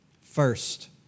First